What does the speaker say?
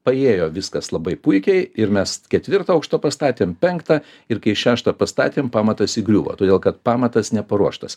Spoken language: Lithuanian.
paėjo viskas labai puikiai ir mes ketvirtą aukštą pastatėm penktą ir kai šeštą pastatėm pamatas įgriuvo todėl kad pamatas neparuoštas